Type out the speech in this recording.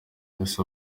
ese